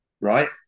right